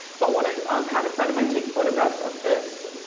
but when i had a friend of mine take photographs of this,